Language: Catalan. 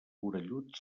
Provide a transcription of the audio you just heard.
orellut